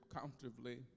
comfortably